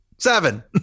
seven